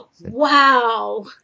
Wow